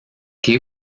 que